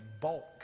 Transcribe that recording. bulk